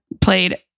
played